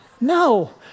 No